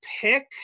pick